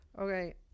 Okay